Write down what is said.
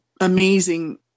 amazing